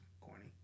corny